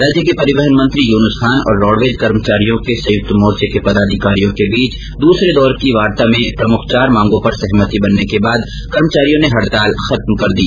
राज्य के परिवहन मंत्री यूनुस खान तथा रोडवेज कर्मचारियों के संयुक्त मोर्चे के पदाधिकारियों के बीच दूसरे दौर की वार्ता में प्रमुख चार मांगों पर सहमति बनने के बाद कर्मचारियों ने हड़ताल खत्म कर दी